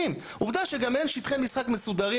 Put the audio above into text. נאוה, נכון שאין שם מקום לזוז בגלל הכלים?